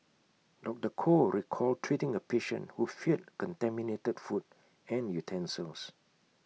doctor Koh recalled treating A patient who feared contaminated food and utensils